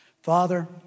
Father